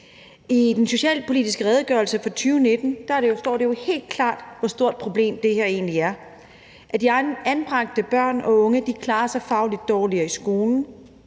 I den socialpolitiske redegørelse fra 2019 står det helt klart, hvor stort et problem det her egentlig er. De anbragte børn og unge klarer sig fagligt dårligere i skolen,